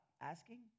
asking